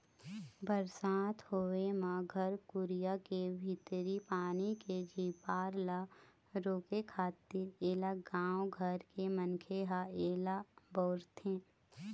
बरसात होय म घर कुरिया के भीतरी पानी के झिपार ल रोके खातिर ऐला गाँव घर के मनखे ह ऐला बउरथे